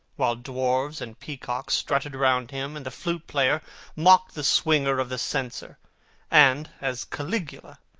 while dwarfs and peacocks strutted round him and the flute-player mocked the swinger of the censer and, as caligula,